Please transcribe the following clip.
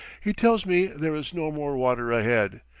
he tells me there is no more water ahead,